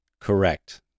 Correct